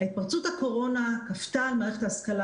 התפרצות הקורונה כפתה על מערכת ההשכלה